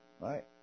right